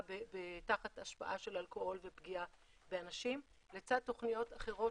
תחת השפעה של אלכוהול ופגיעה באנשים לצד תוכניות אחרות